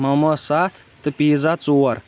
موموز سَتھ تہٕ پیٖزا ژور